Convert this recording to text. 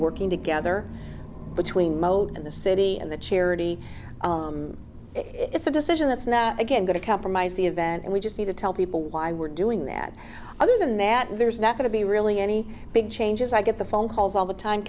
working together between mode and the city and the charity it's a decision that's now again going to compromise the event and we just need to tell people why we're doing that other than that there's not going to be really any big changes i get the phone calls all the time